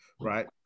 right